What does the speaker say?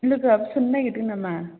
लोगोआबो सोनो नागिरदों नामा